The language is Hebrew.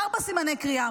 ארבעה סימני קריאה.